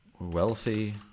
wealthy